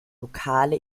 lokale